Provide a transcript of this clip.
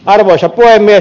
arvoisa puhemies